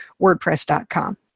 WordPress.com